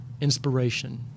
inspiration